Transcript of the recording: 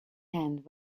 hand